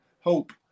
Hope